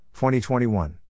2021